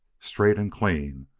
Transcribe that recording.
straight and clean,